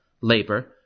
labor